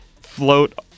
float